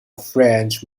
french